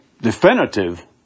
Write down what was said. definitive